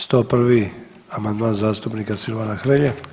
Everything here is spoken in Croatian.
101. amandman zastupnika Silvana Hrelje.